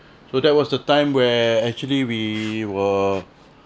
so that was the time where actually we were